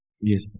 Yes